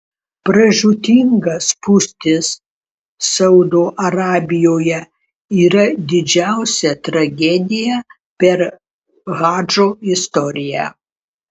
pražūtinga spūstis saudo arabijoje yra didžiausia tragedija per hadžo istoriją